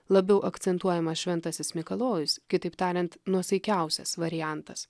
labiau akcentuojamas šventasis mikalojus kitaip tariant nuosaikiausias variantas